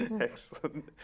Excellent